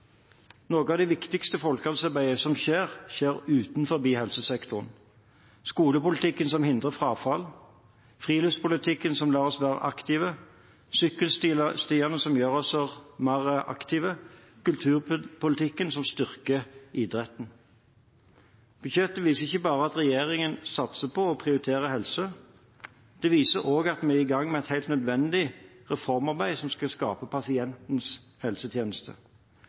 Noe av det viktigste folkehelsearbeidet som skjer, skjer utenfor helsesektoren. – Skolepolitikken som hindrer frafall, friluftspolitikken som lar oss være aktive, sykkelstiene som gjør oss mer aktive, kulturpolitikken som styrker idretten. Budsjettet viser ikke bare at regjeringen satser på og prioriterer helse. Det viser også at vi er i gang med et helt nødvendig reformarbeid som skal skape pasientens helsetjeneste.